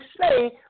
say